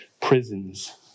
prisons